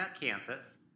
Kansas